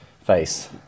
face